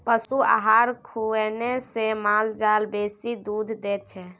पशु आहार खुएने से माल जाल बेसी दूध दै छै